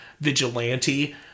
Vigilante